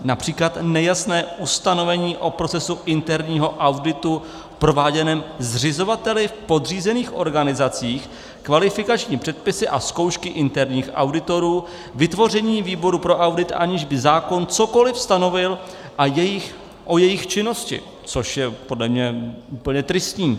Například nejasné ustanovení o procesu interního auditu prováděném zřizovateli v podřízených organizacích, kvalifikační předpisy a zkoušky interních auditorů, vytvoření výboru pro audit, aniž by zákon cokoli stanovil o jejich činnosti, což je podle mě úplně tristní.